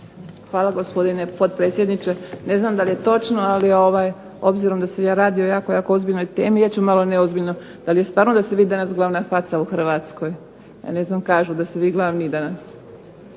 Hvala, gospodine potpredsjedniče. Ne znam da li je točno, ali obzirom da se radi o jako, jako ozbiljnoj temi ja ću malo neozbiljno. Da li je stvarno da ste vi danas glavna faca u Hrvatskoj? Ja ne znam, kažu da ste vi glavni danas